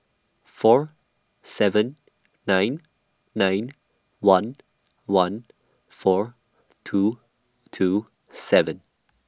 four seven nine nine one one four two two seven